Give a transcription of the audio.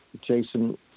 Jason